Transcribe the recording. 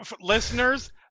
listeners